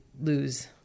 lose